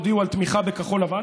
הודיעו על תמיכה בכחול לבן,